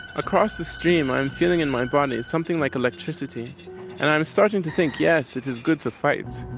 across the stream i'm feeling in my and body something like electricity and i'm starting to think, yes, it is good to fight'.